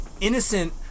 innocent